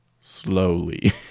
slowly